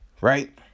Right